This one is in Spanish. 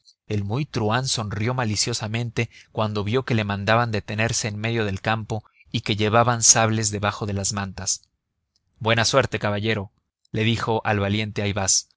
el muy truhán sonrió maliciosamente cuando vio que le mandaban detenerse en medio del campo y que llevaban sables debajo de las mantas buena suerte caballero le dijo al valiente ayvaz